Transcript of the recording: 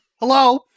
Hello